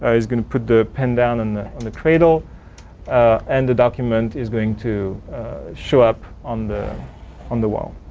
ah he's going to put the pen down and on on the cradle and the document is going to show up on the on the wall.